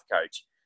coach